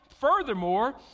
Furthermore